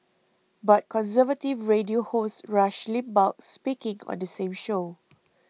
but conservative radio host Rush Limbaugh speaking on the same show